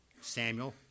Samuel